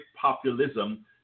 populism